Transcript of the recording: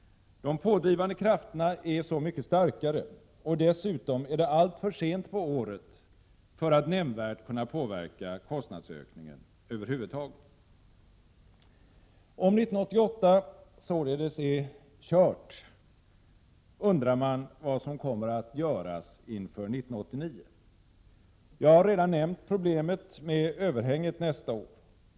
De pådrivande krafterna är så mycket starkare, och dessutom är det alltför sent på året för att nämnvärt kunna påverka kostnadsökningen över huvud taget. Om 1988 således är ”kört”, undrar man vad som kommer att göras inför 1989. Jag har redan nämnt problemet med överhänget nästa år.